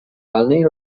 walnej